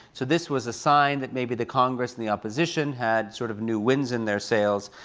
so this was a sign that maybe the congress and the opposition had sort of new winds in their sails.